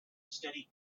steady